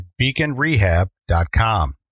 beaconrehab.com